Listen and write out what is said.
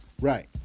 right